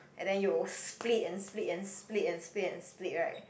and then you split and split and split and split and split right